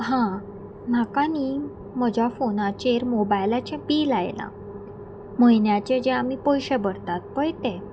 हां म्हाका न्ही म्हज्या फोनाचेर मोबायलाचें बील आयलां म्हयन्याचे जे आमी पयशे भरतात पळय तें